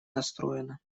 настроена